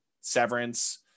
Severance